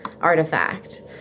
artifact